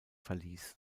verließ